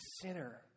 sinner